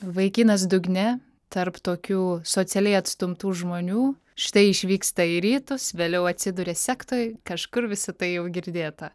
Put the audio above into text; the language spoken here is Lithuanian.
vaikinas dugne tarp tokių socialiai atstumtų žmonių štai išvyksta į rytus vėliau atsiduria sektoj kažkur visa tai jau girdėta